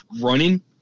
running